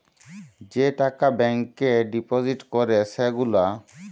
যে টাকা ব্যাংকে ডিপজিট ক্যরে সে গুলা